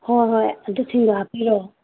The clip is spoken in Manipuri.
ꯍꯣꯏ ꯍꯣꯏ ꯑꯗꯨꯁꯤꯡꯗꯣ ꯍꯥꯞꯄꯤꯌꯣ